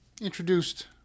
introduced